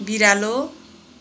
बिरालो